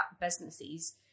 businesses